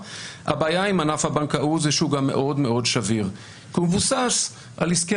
הבעיה עם ענף הבנקאות היא שהוא גם מאוד שביר כי הוא מבוסס על "עסקי